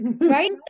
right